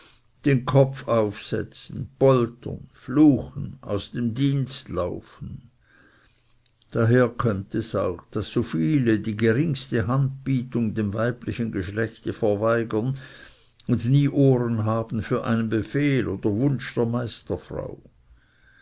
den kopf aufsetzen poltern fluchen aus dem dienst laufen daher kömmt es auch daß so viele die geringste handbietung dem weiblichen geschlechte verweigern und nie ohren haben für einen befehl oder